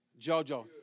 Jojo